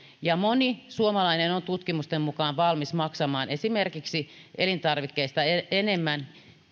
moni suomalainen on tutkimusten mukaan valmis maksamaan esimerkiksi elintarvikkeista enemmän